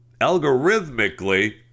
Algorithmically